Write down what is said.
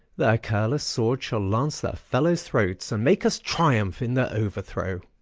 their careless swords shall lance their fellows' throats, and make us triumph in their overthrow.